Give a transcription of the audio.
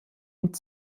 und